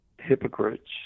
hypocrites